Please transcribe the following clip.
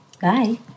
Bye